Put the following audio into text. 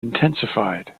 intensified